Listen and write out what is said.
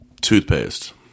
Toothpaste